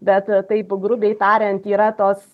bet taip grubiai tariant yra tos